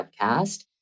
Podcast